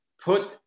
put